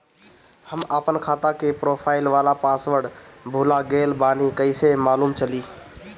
हम आपन खाता के प्रोफाइल वाला पासवर्ड भुला गेल बानी कइसे मालूम चली?